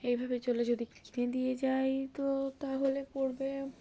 এইভাবে চলে যদি কচনে দিয়ে যাই তো তাহলে পড়বে